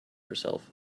herself